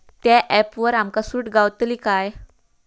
त्या ऍपवर आमका सूट गावतली काय?